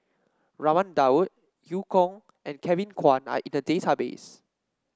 Raman Daud Eu Kong and Kevin Kwan are in the database